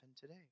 today